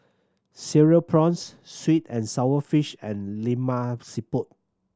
Cereal Prawns sweet and sour fish and Lemak Siput